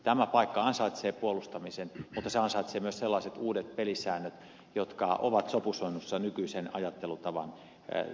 tämä paikka ansaitsee puolustamisen mutta se ansaitsee myös sellaiset uudet pelisäännöt jotka ovat sopusoinnussa nykyisen ajattelutavan kanssa